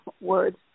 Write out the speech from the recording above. words